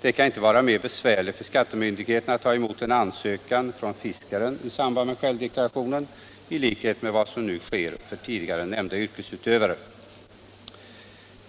Det kan inte vara mer besvärligt för skattemyndigheterna att ta emot en ansökan från fiskaren i samband med självdeklarationen, i likhet med vad som sker för övriga här nämnda yrkesutövare.